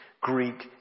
Greek